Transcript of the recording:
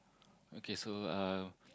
okay so uh